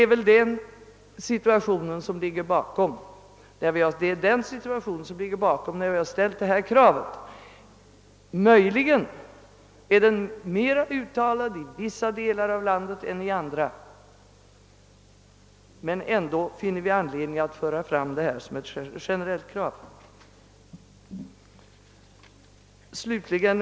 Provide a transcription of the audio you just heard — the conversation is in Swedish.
Denna omständighet ligger bakom vårt krav. Möjligen är detta förhållande mera uttalat i vissa delar av landet än i andra, men vi finner ändå anledning att föra fram vårt förslag som ett generellt krav. Herr talman!